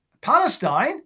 Palestine